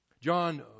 John